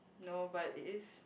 no but it is